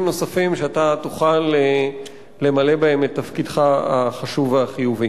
נוספים שתוכל למלא בהם את תפקידך החשוב והחיובי.